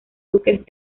duques